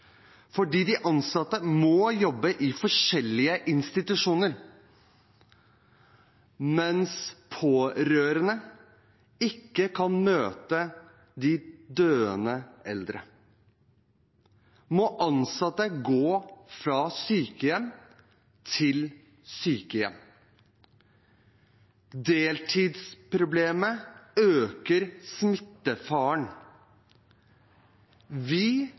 fordi de ansatte må jobbe i forskjellige institusjoner. Mens pårørende ikke kan møte de døende eldre, må ansatte gå fra sykehjem til sykehjem. Deltidsproblemet øker smittefaren. Vi